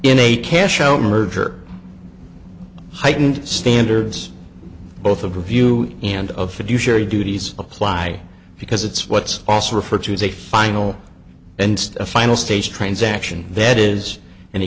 in a cash only merger heightened standards both of review and of fiduciary duties apply because it's what's also referred to as a final and a final stage transaction that is and the